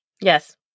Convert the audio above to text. Yes